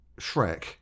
Shrek